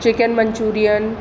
chicken manchurian